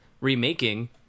remaking